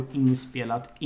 inspelat